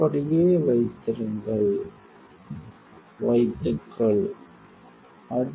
அப்படியே வைத்திருங்கள் 2323 2325 வைத்துக்கொள் 2327